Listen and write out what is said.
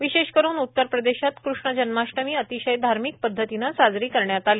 विशेष करून उतर प्रदेशात कृष्ण जन्माष्टमी अतिशय धार्मिक पध्दतीनं साजरी करण्यात आली